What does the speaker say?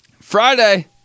Friday